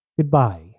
Goodbye